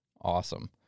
Awesome